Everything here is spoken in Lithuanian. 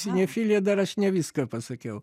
sinefilija dar aš ne viską pasakiau